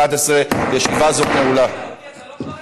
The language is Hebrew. זה בסדר גמור,